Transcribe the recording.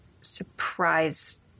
surprise